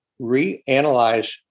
reanalyze